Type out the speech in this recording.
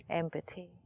empathy